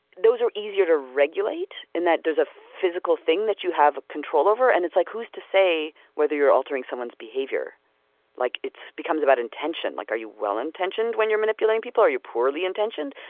those are easier to regulate in that there's a physical thing that you have control over and it's like who's to say whether you're altering someone's behavior like it's becomes about intention like are you well-intentioned when you're manipulate people or are you poorly intentioned.